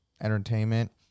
entertainment